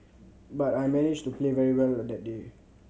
but I managed to play very well that day